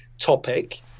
topic